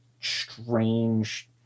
strange